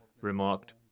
remarked